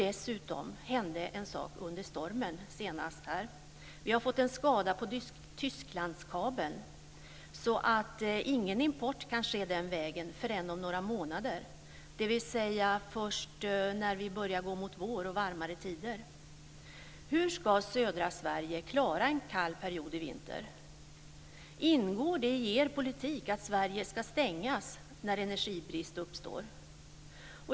Dessutom hände en sak under stormen senast: Vi har fått en skada på Tysklandskabeln, så ingen import kan ske den vägen förrän om några månader, dvs. först när vi börjar gå mot vår och varmare tider. Hur ska södra Sverige klara en kall period i vinter? Ingår det i er politik att Sverige ska stängas när energibrist uppstår?